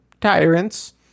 tyrants